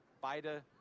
Beide